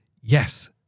yes